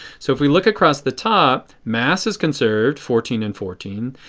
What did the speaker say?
so if we look across the top, mass is conserved, fourteen and fourteen.